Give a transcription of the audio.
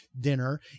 dinner